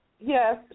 yes